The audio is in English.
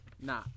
Nah